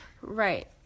Right